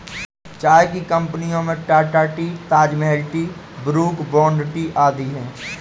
चाय की कंपनियों में Tata tea, Taj Mahal tea, Brooke Bond tea आदि है